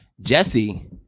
Jesse